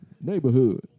Neighborhood